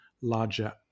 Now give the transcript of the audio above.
Larger